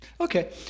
Okay